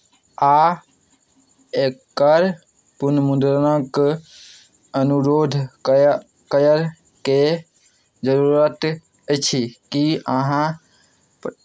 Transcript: आ एकर पुनर्मुद्रणक अनुरोध कय करयके जरूरत अछि की अहाँ